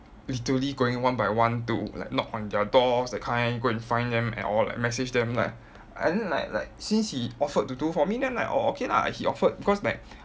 literally going one by one to like knock on their doors that kind go and find them and all like message them like and then like like since he offered to do for me then like orh okay lah he offered because like